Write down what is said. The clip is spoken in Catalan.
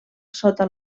sota